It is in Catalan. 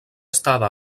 estada